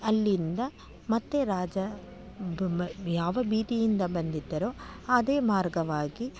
ಅಲ್ಲಿಂದ ಮತ್ತೆ ರಾಜ ಯಾವ ಬೀದಿಯಿಂದ ಬಂದಿದ್ದರೋ ಅದೇ ಮಾರ್ಗವಾಗಿ